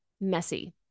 messy